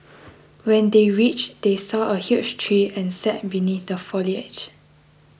when they reached they saw a huge tree and sat beneath the foliage